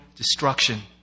Destruction